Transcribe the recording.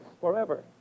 forever